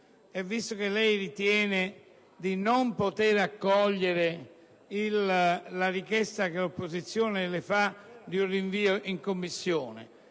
e visto che lei ritiene di non poter accogliere la richiesta dell'opposizione di un rinvio in Commissione,